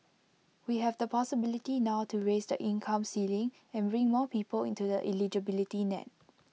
we have the possibility now to raise the income ceiling and bring more people into the eligibility net